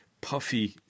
puffy